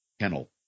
kennel